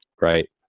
right